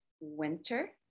winter